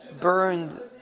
burned